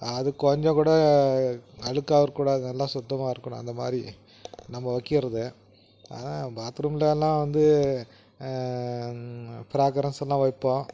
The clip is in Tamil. அது கொஞ்சம் கூட அழுக்காக இருக்கக்கூடாது நல்லா சுத்தமாக இருக்கணும் அந்த மாதிரி நம்ம வைக்கிறது ஆனால் பாத்ரூம்லலாம் வந்து ஃபிராகிரன்ஸ்லாம் வைப்போம்